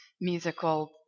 musical